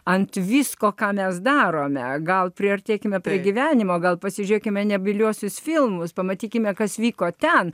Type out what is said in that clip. ant visko ką mes darome gal priartėkime prie gyvenimo gal pasižiūrėkime nebyliuosius filmus pamatykime kas vyko ten